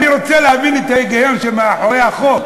אני רוצה להבין מה שמאחורי החוק.